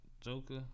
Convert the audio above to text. Joker